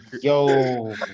yo